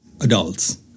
adults